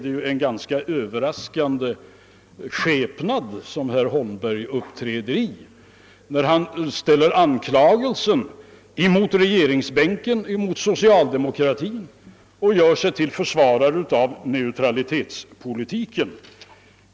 Det är en ganska överraskande skepnad som herr Holmberg uppträder i när han riktar anklagelser mot regerings. bänken och mot socialdemokratin och gör sig till försvarare av neutralitetspolitiken.